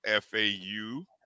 FAU